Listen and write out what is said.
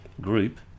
group